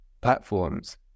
platforms